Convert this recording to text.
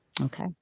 Okay